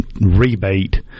rebate